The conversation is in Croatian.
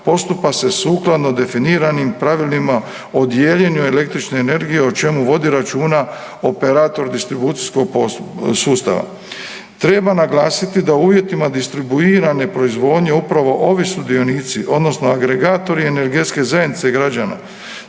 postupa se sukladno definiranim pravilima o dijeljenju električne energije o čemu vodi računa Operator distribucijskog sustava. Treba naglasiti u uvjetima distribuirane proizvodnje upravo ovi sudionici odnosno agregatori energetske zajednice građana